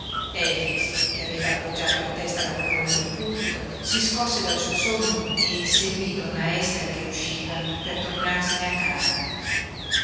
andarsene efix che aveva appoggiato la testa alla colonna del pulpito si scosse dal suo sogno e seguí donna ester che usciva per tornarsene a casa